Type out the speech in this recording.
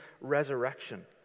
resurrection